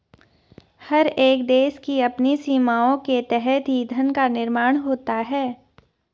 हर एक देश की अपनी सीमाओं के तहत ही धन का निर्माण होता है